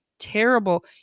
terrible